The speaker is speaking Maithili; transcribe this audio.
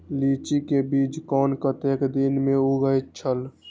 लीची के बीज कै कतेक दिन में उगे छल?